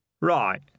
Right